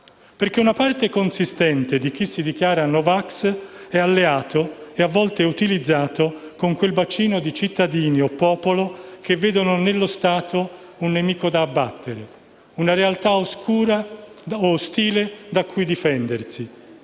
Perché una parte consistente di chi si dichiara no vax è alleato con - e a volte utilizzato da - quel bacino di cittadini o di popolo che vedono nello Stato un nemico da abbattere, una realtà ostile da cui difendersi.